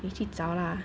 你去找 lah